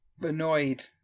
annoyed